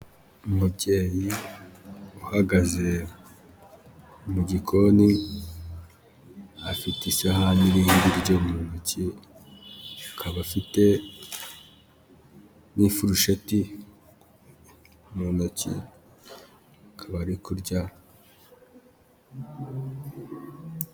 Umubyeyi uhagaze mu gikoni, afite isahani iriho ibiryo mu ntoki akaba afite n'ifurusheti mu ntoki, akaba ari kurya.